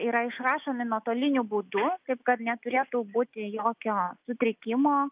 yra išrašomi nuotoliniu būdu taip kad neturėtų būti jokio sutrikimo